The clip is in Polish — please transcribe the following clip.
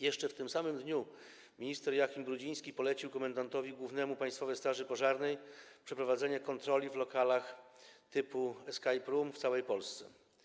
Jeszcze w tym samym dniu minister Joachim Brudziński polecił komendantowi głównemu Państwowej Straży Pożarnej przeprowadzenie kontroli w lokalach typu escape room w całej Polsce.